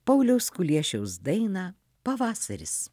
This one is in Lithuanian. pauliaus kuliešiaus dainą pavasaris